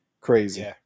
Crazy